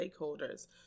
stakeholders